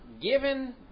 Given